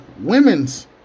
women's